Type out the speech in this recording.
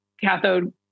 cathode